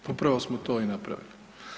Upravo smo to i napravili.